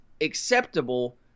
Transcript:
acceptable